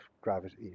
gravity